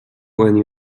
when